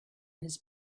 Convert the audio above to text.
his